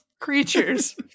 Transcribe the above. Creatures